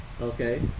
okay